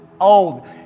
old